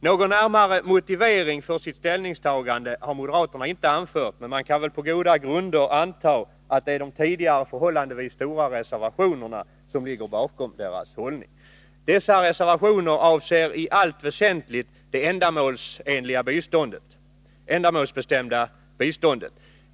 Någon närmare motivering för sitt ställningstagande har moderaterna inte anfört, men man kan väl på goda grunder anta att det är de tidigare reservationerna med förhållandevis stora summor som ligger bakom deras hållning. Dessa reservationer avser i allt väsentligt det ändamålsbestämda biståndet.